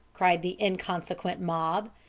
cried the inconsequent mob.